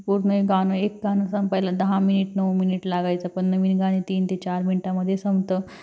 पूर्ण एक गाणं एक गाणं संपायला दहा मिनिट नऊ मिनिट लागायचं पण नवीन गाणे तीन ते चार मिंटामध्ये संपतं